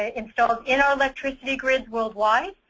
ah installed, in our electricity grid worldwide.